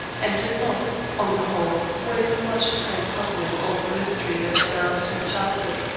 and did not, on the whole, waste much time puzzling over the mystery that surrounded her childhood.